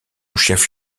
chef